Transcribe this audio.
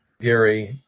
Gary